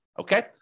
Okay